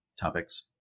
topics